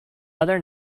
other